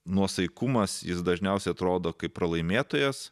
nuosaikumas jis dažniausiai atrodo kaip pralaimėtojas